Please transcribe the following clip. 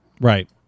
Right